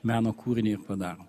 meno kūrinį padaro